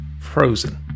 Frozen